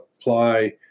apply